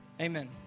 Amen